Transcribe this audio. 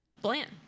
bland